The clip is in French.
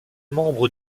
membre